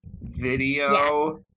video